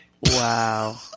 Wow